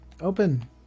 Open